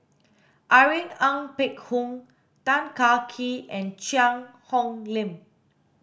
Irene Ng Phek Hoong Tan Kah Kee and Cheang Hong Lim